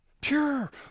Pure